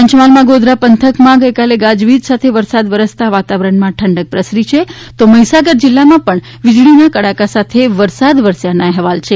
પંચમહાલમાં ગોધરા પંથકમાં ગાજવિજ સાથે વરસાદ વરસ્તા વાતાવરણમાં ઠંડક પ્રસરી છે તો મહીસાગર જિલ્લામાં પણ વીજળીના કડાકા સાથે વરસાદ વરસયાના અહેવાલ છે